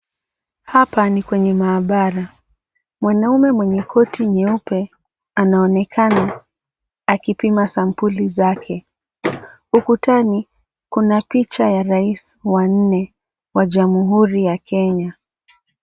Hapa ni kwenye maabara, mwanaume mwenye koti nyeupe anaonekana akipima sampuli zake, ukutani kuna picha ya rais wa nne wa jamhuri ya Kenya.